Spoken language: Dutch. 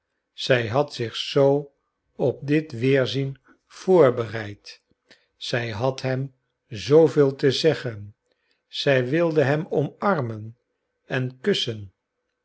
zij had zich zoo op dit weerzien voorbereid zij had hem zooveel te zeggen zij wilde hem omarmen en kussen